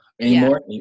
anymore